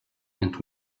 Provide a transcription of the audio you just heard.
and